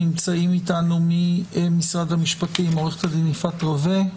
נמצאים איתנו ממשרד המשפטים: עורכת הדין יפעת רווה,